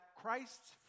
Christ's